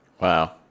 Wow